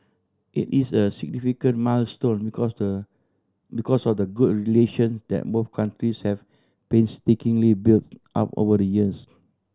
it is a significant milestone because the because of the good relation that both countries have painstakingly built up over the years